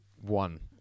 one